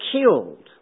killed